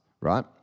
right